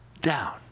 down